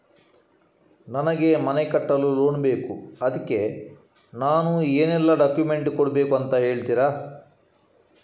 ನನಗೆ ಮನೆ ಕಟ್ಟಲು ಲೋನ್ ಬೇಕು ಅದ್ಕೆ ನಾನು ಏನೆಲ್ಲ ಡಾಕ್ಯುಮೆಂಟ್ ಕೊಡ್ಬೇಕು ಅಂತ ಹೇಳ್ತೀರಾ?